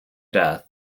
death